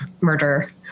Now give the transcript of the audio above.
murder